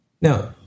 Now